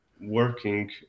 working